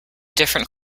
different